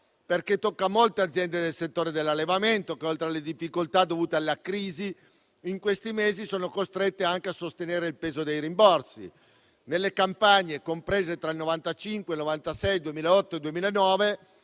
perché tocca molte aziende del settore dell’allevamento che, oltre alle difficoltà dovute alla crisi, in questi mesi sono costrette anche a sostenere il peso dei rimborsi. Nelle campagne, nei periodi compresi tra il 1995 e il 1996, e tra il 2008 e il 2009,